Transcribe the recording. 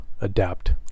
adapt